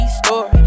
store